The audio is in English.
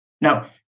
Now